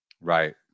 Right